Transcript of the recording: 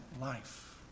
life